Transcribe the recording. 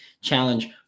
challenge